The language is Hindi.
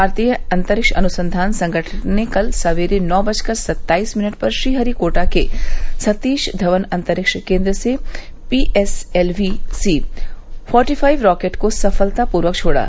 भारतीय अंतरिक्ष अनुसंधान संगठन ने कल सवेरे नौ बजकर सत्ताईस मिनट पर श्रीहरिकोटा के सतीश धवन अंतरिक्ष केन्द्र से P S L V C forty five rocket को सफलतापूर्वक छोड़ा